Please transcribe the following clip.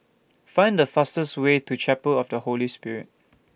Find The fastest Way to Chapel of The Holy Spirit